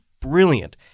brilliant